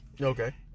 Okay